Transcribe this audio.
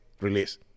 Release